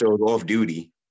off-duty